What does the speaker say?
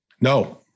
No